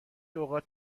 اوقات